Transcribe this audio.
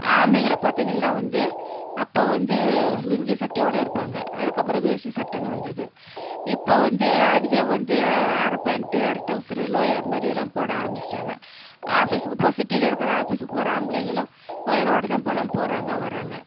ஆம்பளைங்களை பார்த்தீங்கள்னா வந்து அப்போது வந்து லுங்கி சட்டையோட இருப்பாங்க அதுக்கப்புறம் வேஷ்டி சட்டைன்னு வந்தது இப்போது வந்து அதுவே வந்து அரை பேண்ட் அரை டவுசர் லோயர் மாதிரிலாம் போட ஆரம்பித்திட்டாங்க ஆஃபீஸுக்கு போ சிட்டியில் இருக்கிற ஆஃபீஸுக்கு போகிற ஆம்பளைங்களும் லோயரோட தான் இப்பல்லாம் போகிறாங்க வர்றாங்க